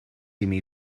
imi